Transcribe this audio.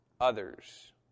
others